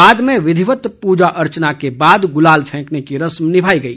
बाद में विधिवत्त प्रजा अर्चना के बाद गुलाल फेंकने की रस्म निभाई गई